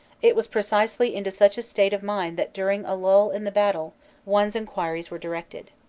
it was precisely into such a state of mind that during a lull in the battle one's enquiries were directed.